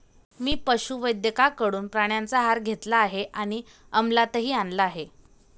मी पशुवैद्यकाकडून प्राण्यांचा आहार घेतला आहे आणि अमलातही आणला आहे